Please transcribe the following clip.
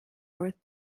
worth